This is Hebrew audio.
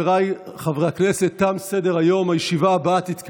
אני קובע שהצעת חוק הכניסה לישראל (תיקון מס' 35),